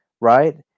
right